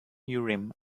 urim